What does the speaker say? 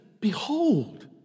behold